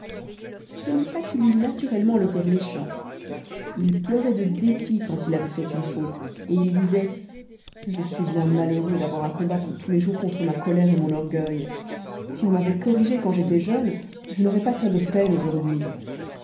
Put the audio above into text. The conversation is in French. ce n'est pas qu'il eût naturellement le cœur méchant il pleurait de dépit quand il avait fait une faute et il disait je suis bien malheureux d'avoir à combattre tous les jours contre ma colère et mon orgueil si on m'avait corrigé quand j'étais jeune je n'aurais pas tant de peine aujourd'hui